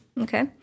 Okay